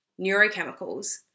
neurochemicals